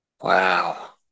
Wow